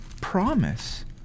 promise